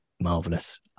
marvelous